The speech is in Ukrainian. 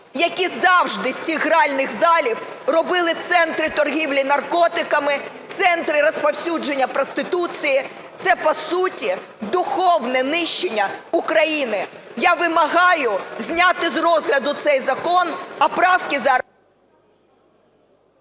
які завжди з цих гральних залів робили центри торгівлі наркотиками, центри розповсюдження проституції. Це, по суті, духовне нищення України. Я вимагаю зняти з розгляду цей закон, а правки… Веде засідання